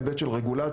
בהיבט של רגולציה,